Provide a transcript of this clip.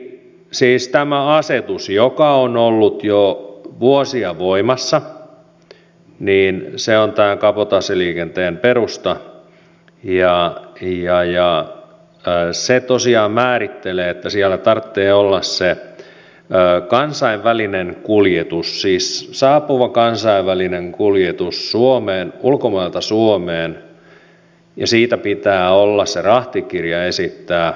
siis tämä asetus joka on ollut jo vuosia voimassa on tämän kabotaasiliikenteen perusta ja se tosiaan määrittelee että siellä tarvitsee olla se saapuva kansainvälinen kuljetus ulkomailta suomeen ja siitä pitää olla se rahtikirja esittää